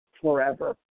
forever